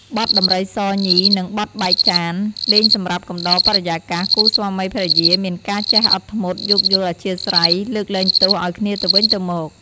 បទដំរីសញី និង បទបែកចាន លេងសម្រាប់កំដរបរិយាកាស គូសាម្វីភរិយាមានការចេះអត់ធ្មត់ យោគយល់អធ្យាស្រ័យ លើកលែងទោសឱ្យគ្នាទៅវិញទៅមក។